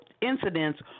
incidents